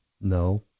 No